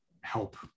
help